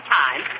time